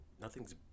nothing's